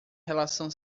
relação